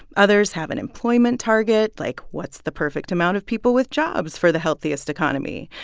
others have an employment target, like what's the perfect amount of people with jobs for the healthiest economy?